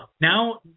Now